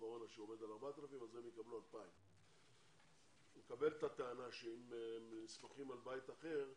הקורונה שעומד על 4,000. אז הם יקבלו 2,000. אני מקבל את הטענה שאם הם נסמכים על בית אחר,